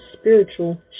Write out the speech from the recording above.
spiritual